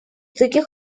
таких